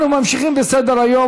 אנחנו ממשיכים בסדר-היום,